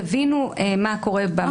תבינו מה קורה במנגנון הזה.